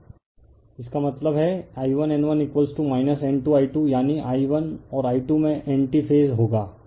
refer slide time 0645 इसका मतलब है I1N1 N2 I2 यानी I1 और I2 में एंटी फेज होगा